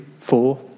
four